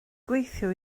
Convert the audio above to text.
gweithio